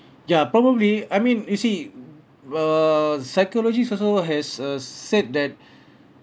ya probably I mean you see err psychologists also has uh said that